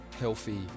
healthy